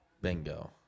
Bingo